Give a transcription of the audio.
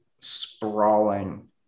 sprawling